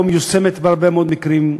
לא מיושמת בהרבה מאוד מקרים,